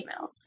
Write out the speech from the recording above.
emails